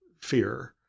fear